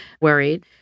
worried